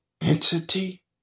entity